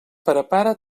prepara